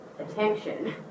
attention